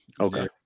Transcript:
Okay